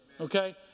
Okay